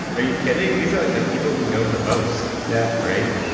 are you kidding? these are like the people who know the most, yeah right?